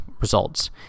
results